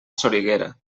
soriguera